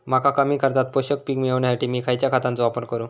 मका कमी खर्चात पोषक पीक मिळण्यासाठी मी खैयच्या खतांचो वापर करू?